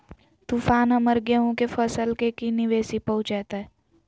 तूफान हमर गेंहू के फसल के की निवेस पहुचैताय?